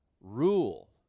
rule